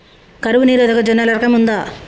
కరువు నిరోధక జొన్నల రకం ఉందా?